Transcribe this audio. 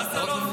וסרלאוף,